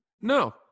no